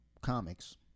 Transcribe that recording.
comics